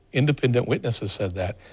independent witnesses said that.